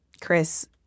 Chris